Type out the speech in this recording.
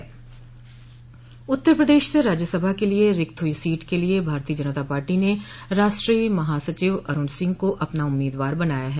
उत्तर प्रदेश से राज्यसभा के लिये रिक्त हुई सीट के लिये भारतीय जनता पार्टी ने राष्ट्रीय महासचिव अरूण सिंह को अपना उम्मीदवार बनाया है